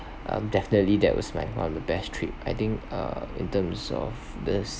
um definitely that was my one of the best trip I think uh in terms of best